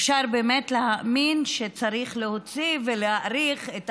אפשר להאמין שצריך להוציא ולהאריך את